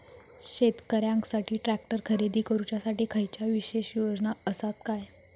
शेतकऱ्यांकसाठी ट्रॅक्टर खरेदी करुच्या साठी खयच्या विशेष योजना असात काय?